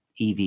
EV